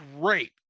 great